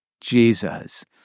Jesus